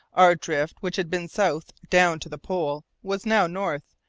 our drift, which had been south, down to the pole, was now north,